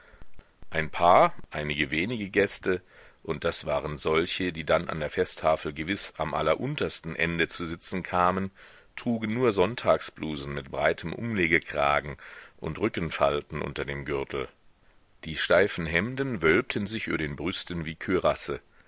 ein paar einige wenige gäste und das waren solche die dann an der festtafel gewiß am alleruntersten ende zu sitzen kamen trugen nur sonntagsblusen mit breitem umlegekragen und rückenfalten unter dem gürtel die steifen hemden wölbten sich über den brüsten wie